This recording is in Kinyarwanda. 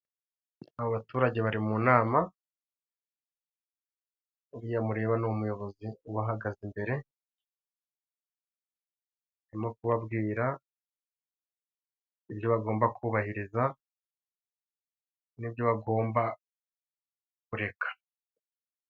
Aba baturage bari mu inama, uriya mureba ni umuyobozi ubahagaze imbere arimo kubabwira ibyo bagomba kubahiriza n'ibyo bagomba kureka.